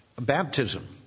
baptism